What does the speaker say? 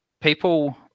people